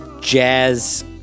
Jazz